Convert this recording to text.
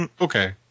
Okay